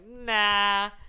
nah